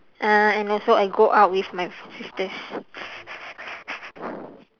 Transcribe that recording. uh and also I go out with my sisters